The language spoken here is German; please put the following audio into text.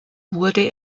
wurde